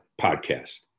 podcast